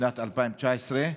בשנת 2019,